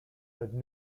had